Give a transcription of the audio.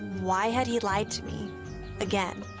why had he lied to me again?